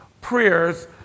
prayers